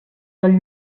del